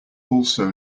also